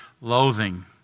loathing